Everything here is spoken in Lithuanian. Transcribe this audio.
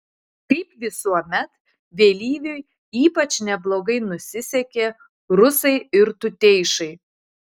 kaip visuomet vėlyviui ypač neblogai nusisekė rusai ir tuteišai